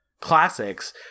classics